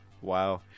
Wow